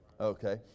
Okay